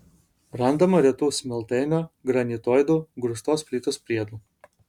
randama retų smiltainio granitoidų grūstos plytos priedų